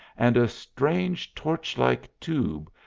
and a strange torch-like tube,